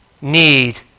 need